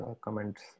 comments